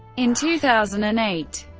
in two thousand and eight.